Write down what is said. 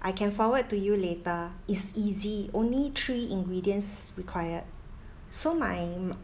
I can forward to you later it's easy only three ingredients required so my m~